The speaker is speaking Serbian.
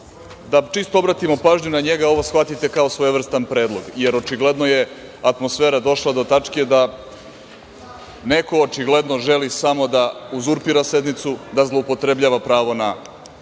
da čisto obratimo pažnju na njega. Ovog shvatite kao svojevrstan predlog, jer očigledno je atmosfera došla do tačke da neko očigledno želi samo da uzurpira sednicu, da zloupotrebljava pravo na